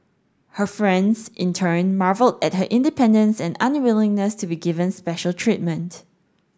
her friends in turn marvelled at her independence and unwillingness to be given special treatment